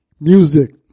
music